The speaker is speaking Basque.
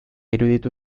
iruditu